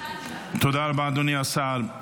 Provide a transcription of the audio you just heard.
תודה רבה, אדוני השר.